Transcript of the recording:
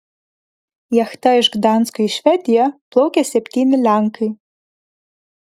jachta iš gdansko į švediją plaukė septyni lenkai